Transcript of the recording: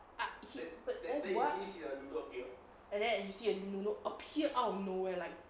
ah he but then what and then you see a nunu appear out of nowhere like